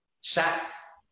shots